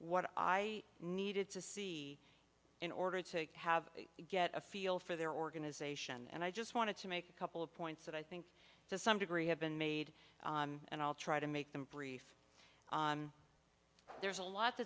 what i needed to see in order to have to get a feel for their organization and i just wanted to make a couple of points that i think to some degree have been made and i'll try to make them brief there's a lot